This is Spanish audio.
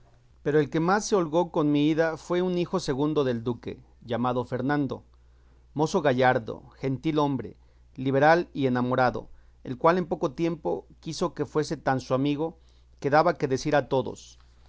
pero el que más se holgó con mi ida fue un hijo segundo del duque llamado fernando mozo gallardo gentilhombre liberal y enamorado el cual en poco tiempo quiso que fuese tan su amigo que daba que decir a todos